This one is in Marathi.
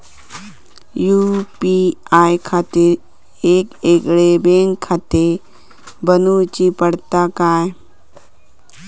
यू.पी.आय खातीर येगयेगळे बँकखाते बनऊची पडतात काय?